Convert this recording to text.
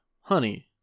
honey